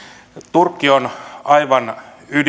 turkki on aivan